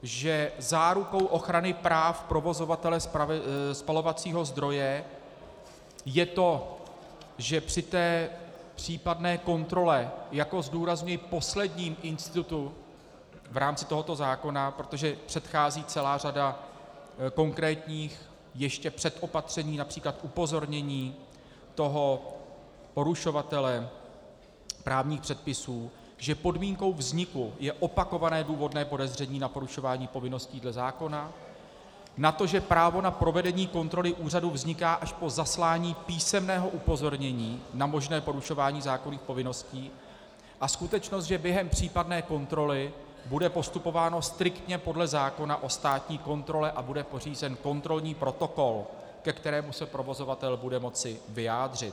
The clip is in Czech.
Že zárukou ochrany práv provozovatele spalovacího zdroje je to, že při té případné kontrole jako zdůrazňuji posledním institutu v rámci tohoto zákona, protože předchází celá řada konkrétních ještě předopatření, např. upozornění toho porušovatele právních předpisů, že podmínkou vzniku je opakované důvodné podezření na porušování povinností dle zákona, na to, že právo na provedení kontroly úřadu vzniká až po zaslání písemného upozornění na možné porušování zákonných povinností, a skutečnost, že během případné kontroly bude postupováno striktně podle zákona o státní kontrole a bude pořízen kontrolní protokol, ke kterému se provozovatel bude moci vyjádřit.